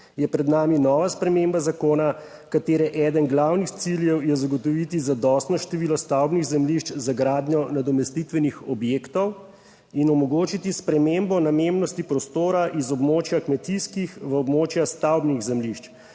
je pred nami nova sprememba zakona, katere eden glavnih ciljev je zagotoviti zadostno število stavbnih zemljišč za gradnjo nadomestitvenih objektov in omogočiti spremembo namembnosti prostora iz območja kmetijskih v območja stavbnih zemljišč,